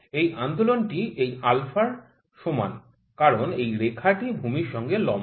এই আন্দোলনটি এই α এর সমান কারণ এই রেখা টি ভূমির সঙ্গে লম্ব